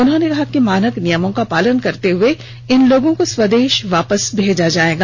उन्होंने कहा कि मानक नियमों को पालन करते हये इन लोगों को स्वदेश वापस भेजा जायेगा